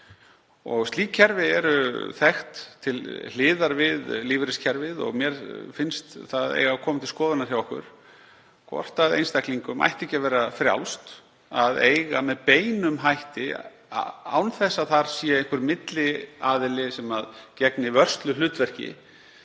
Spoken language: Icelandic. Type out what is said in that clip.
Slík kerfi eru þekkt til hliðar við lífeyriskerfið. Mér finnst það eiga að koma til skoðunar hjá okkur hvort einstaklingum ætti ekki að vera frjálst að eiga með beinum hætti, án þess að þar sé einhver milliaðili sem gegni vörsluhlutverki,